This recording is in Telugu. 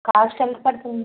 కాస్ట్ ఎంత పడుతుంది